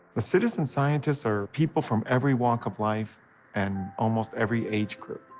the citizen scientists are people from every walk of life and almost every age group.